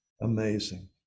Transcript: Amazing